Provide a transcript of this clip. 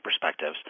perspectives